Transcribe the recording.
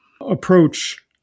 approach